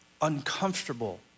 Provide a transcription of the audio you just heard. uncomfortable